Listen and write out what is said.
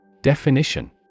Definition